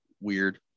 weird